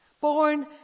born